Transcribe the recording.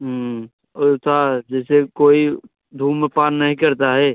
और था जैसे कोई धूम्रपान नहीं करता है